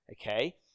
Okay